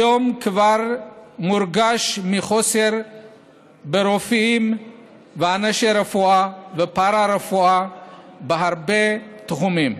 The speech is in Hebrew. כיום כבר מורגש מחסור ברופאים ואנשי רפואה ופארה-רפואה בהרבה תחומים.